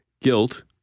guilt